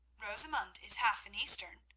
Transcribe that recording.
rosamund is half an eastern,